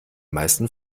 meisten